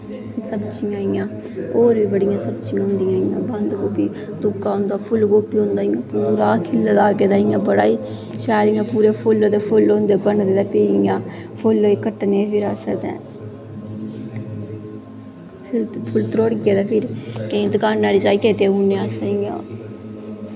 सब्जियां इ'यां होर बी बड़ियां सब्जियां होंदियां इ'यां बंदगोबी फुलगोबी होंदा पूरा खिल्ला दा गेदा इ'यां शैल इ'यां फुल्ल होंदे बने दे इ'यां फुल्लें गी कट्टनें फिर अस ते फ्ही त्रोड़ियै ते दकानें पर देई ओड़नें अस इ'यां